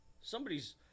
Somebody's